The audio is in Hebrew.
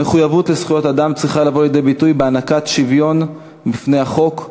המחויבות לזכויות האדם צריכה לבוא לידי ביטוי בהענקת שוויון בפני החוק,